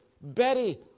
Betty